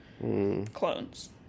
clones